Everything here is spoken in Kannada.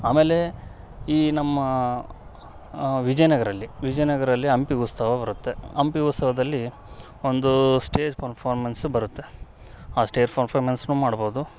ಆಮೇಲೆ ಈ ನಮ್ಮ ವಿಜಯನಗ್ರದಲ್ಲಿ ವಿಜಯನಗ್ರದಲ್ಲಿ ಹಂಪಿ ಉತ್ಸವ ಬರುತ್ತೆ ಹಂಪಿ ಉತ್ಸವದಲ್ಲಿ ಒಂದು ಸ್ಟೇಜ್ ಪರ್ಫಾಮೆನ್ಸ್ ಬರುತ್ತೆ ಆ ಸ್ಟೇಜ್ ಪರ್ಫಾಮೆನ್ಸ್ ಮಾಡ್ಬೋದು